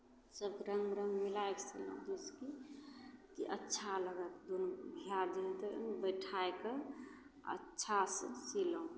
सभ रङ्गमे रङ्ग मिलाय कऽ सीलहुँ जैसे की जे अच्छा लगय जे घेर जे होतय बैठाय कऽ अच्छासँ सीलहुँ